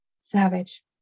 Savage